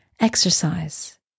Exercise